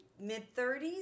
mid-30s